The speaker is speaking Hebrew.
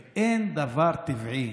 ואין דבר טבעי